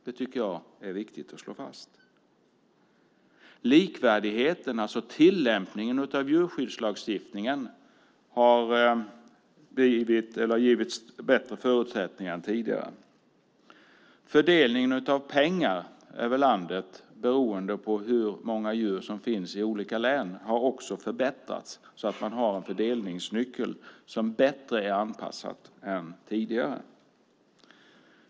Det tycker jag är viktigt att slå fast. Likvärdigheten i tillämpningen av djurskyddslagstiftningen har givits bättre förutsättningar än tidigare. Fördelningen av pengar över landet beroende på hur många djur som finns i olika län har förbättrats. Man har en fördelningsnyckel som är bättre anpassad än tidigare.